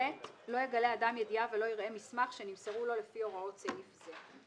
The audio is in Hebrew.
(ב)לא יגלה אדם ידיעה ולא יראה מסמך שנמסרו לו לפי הוראות סעיף זה".